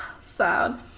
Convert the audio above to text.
sad